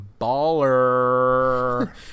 Baller